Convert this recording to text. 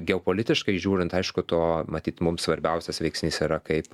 geopolitiškai žiūrint aišku to matyt mums svarbiausias veiksnys yra kaip